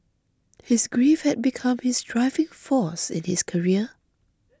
his grief had become his driving force in his career